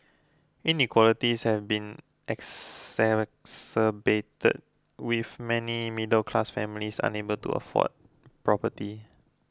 inequalities have been exacerbated with many middle class families unable to afford property